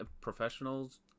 professionals